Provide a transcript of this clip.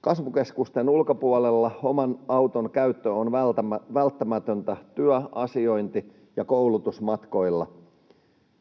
Kasvukeskusten ulkopuolella oman auton käyttö on välttämätöntä työ‑, asiointi‑ ja koulutusmatkoilla.